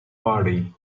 party